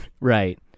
right